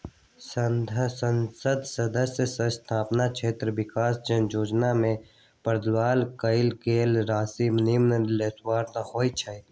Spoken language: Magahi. संसद सदस्य स्थानीय क्षेत्र विकास जोजना में प्रदान कएल गेल राशि नॉन लैप्सबल होइ छइ